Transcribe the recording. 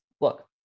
look